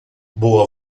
boa